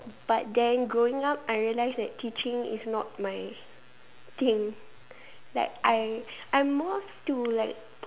but then growing up I realize that teaching is not my thing like I I'm more to like